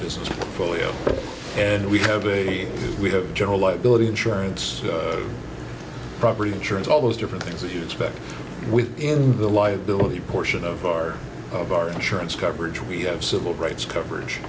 business polio and we have a we have generalized billet insurance property insurance all those different things that you expect within the liability portion of our of our insurance coverage we have civil rights coverage